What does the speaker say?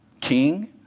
king